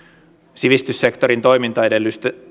sivistyssektorin toimintaedellytysten